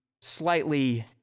slightly